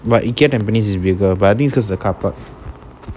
but ikea tampines is bigger but I think because of the car park